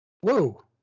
Whoa